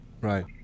Right